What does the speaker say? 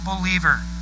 believer